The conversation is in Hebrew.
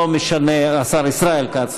השר ישראל כץ.